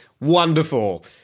wonderful